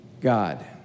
God